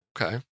Okay